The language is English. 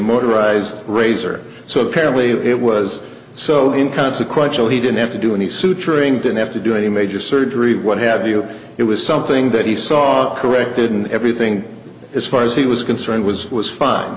motorized razor so apparently it was so in consequential he didn't have to do any suturing didn't have to do any major surgery what have you it was something that he saw it corrected and everything as far as he was concerned was was fine